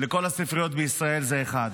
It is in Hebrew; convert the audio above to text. לכל הספריות בישראל, זה אחת,